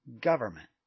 government